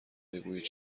بگویید